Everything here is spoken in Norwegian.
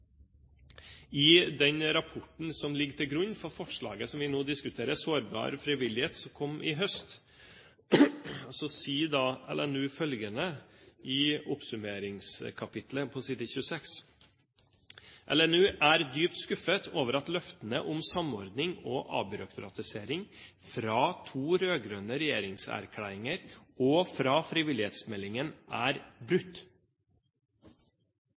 I den rapporten som ligger til grunn for forslaget vi nå diskuterer, Sårbar frivillighet, som kom i høst, sier LNU i oppsummeringskapitlet, på side 26: «LNU er dypt skuffet over at løftene om samordning og avbyråkratisering fra to rødgrønne regjeringserklæringer og fra frivillighetsmeldingen er brutt.